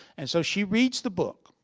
and so she reads the book.